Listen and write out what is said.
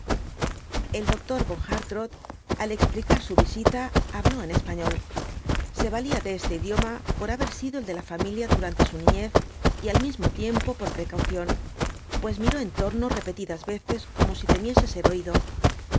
el doctor von hartrott al explicar su visita habló en español se valía de este idioma por haber sido el de la familia durante su niñez y al mismo tiempo por precaución pues miró en torno repetidas veces como si temiese ser oído